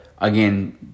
again